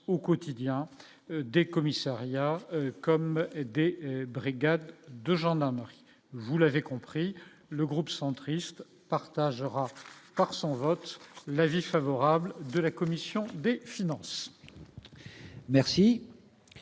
au quotidien des commissariats comme aidez brigades de gendarmerie, vous l'avez compris le groupe centriste partagera son vote l'avis favorable de la commission des finances.